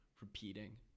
repeating